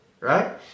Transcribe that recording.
right